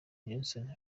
johnson